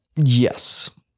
Yes